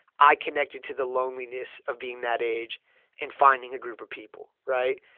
i connected to the loneliness of being that age and finding a group of people, right?